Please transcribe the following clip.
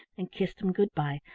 and kissed him good-bye,